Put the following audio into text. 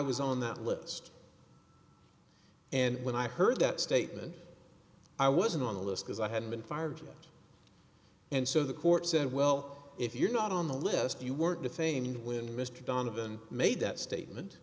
was on that list and when i heard that statement i wasn't on the list because i hadn't been fired and so the court said well if you're not on the list you weren't defaming when mr donovan made that statement